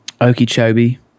Okeechobee